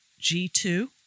G2